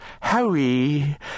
Harry